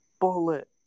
bullet